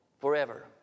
forever